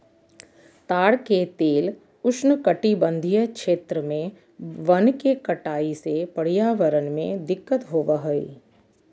ताड़ के तेल उष्णकटिबंधीय क्षेत्र में वन के कटाई से पर्यावरण में दिक्कत होबा हइ